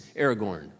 Aragorn